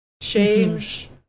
change